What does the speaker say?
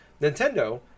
Nintendo